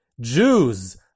Jews